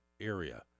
area